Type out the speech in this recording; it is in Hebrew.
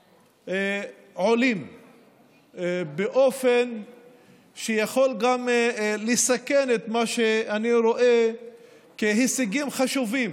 עולים באופן שיכול גם לסכן את מה שאני רואה כהישגים חשובים